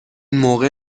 موقع